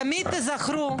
תמיד תזכרו,